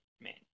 man